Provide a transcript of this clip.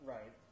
Right